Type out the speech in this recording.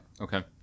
Okay